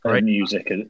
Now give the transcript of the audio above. music